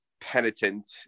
penitent